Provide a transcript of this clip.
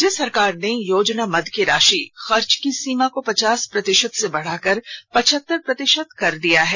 राज्य सरकार ने योजना मद से राशि खर्च की सीमा को पचास प्रतिशत से बढ़ाकर पचहतर प्रतिशत कर दिया है